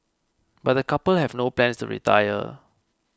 but the couple have no plans to retire